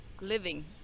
living